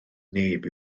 neb